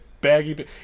baggy